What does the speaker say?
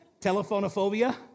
telephonophobia